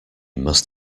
must